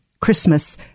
Christmas